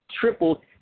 tripled